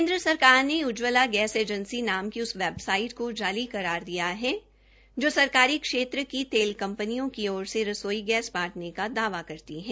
केन्द्र सरकार ने उज्जवला गैस एजेंसी नाम की उस वेबसाइट को जाली करार दिया है जो सरकारी क्षेत्र की तेल कंपनियों की ओर से रसोई गैस बांटने का दावा करती है